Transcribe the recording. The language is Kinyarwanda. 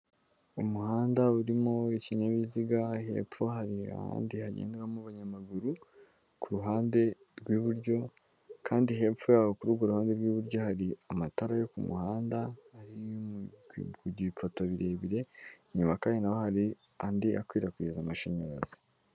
Umuhanda urimo ikinyabiziga, hepfo hari ahandi hagenderamo abanyamaguru ku ruhande rw'iburyo kandi hepfo yaho kuri urwo ruhande rw'iburyo hari amatara yo ku muhanda, ari ku bipoto birebire, inyuma kandi na ho hari andi akwirakwiza amashanyarazi.